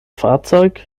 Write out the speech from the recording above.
fahrzeug